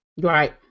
Right